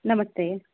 नमस्ते